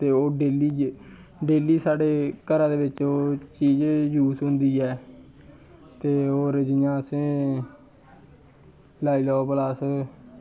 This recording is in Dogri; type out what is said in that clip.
ते ओह् डेली डेली साढ़े घरा दे बिच्च ओह् चीज यूज़ होंदी ऐ ते होर जियां असें लाई लैओ भला अस